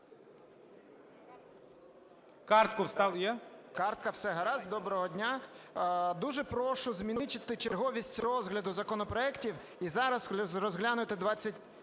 Доброго дня.